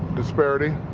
despairity.